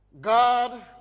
God